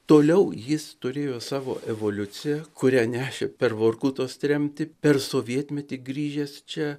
toliau jis turėjo savo evoliuciją kurią nešė per vorkutos tremtį per sovietmetį grįžęs čia